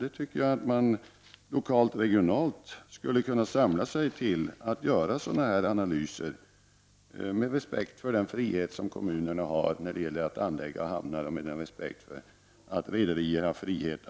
Man skulle kunna samla sig till detta lokalt och regionalt för att göra dessa analyser med respekt för den frihet som kommunerna har när det gäller att anlägga hamnar och med den respekten att rederierna har frihet